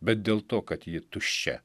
bet dėl to kad ji tuščia